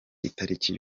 itariki